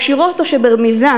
ישירות או שברמיזה,